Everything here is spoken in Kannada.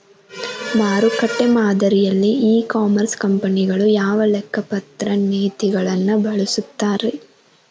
ಮಾರುಕಟ್ಟೆ ಮಾದರಿಯಲ್ಲಿ ಇ ಕಾಮರ್ಸ್ ಕಂಪನಿಗಳು ಯಾವ ಲೆಕ್ಕಪತ್ರ ನೇತಿಗಳನ್ನ ಬಳಸುತ್ತಾರಿ?